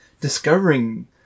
discovering